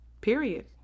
period